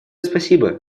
спасибо